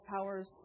powers